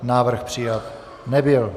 Návrh přijat nebyl.